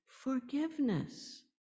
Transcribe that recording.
forgiveness